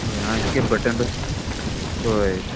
हय हायें escape button हय